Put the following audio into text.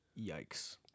Yikes